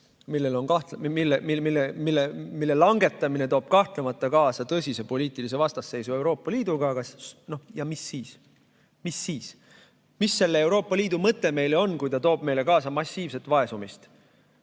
mille langetamine toob kahtlemata kaasa tõsise poliitilise vastasseisu Euroopa Liiduga. Ja mis siis? Mis selle Euroopa Liidu mõte meile on, kui ta toob kaasa massiivset vaesumist?